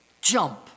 jump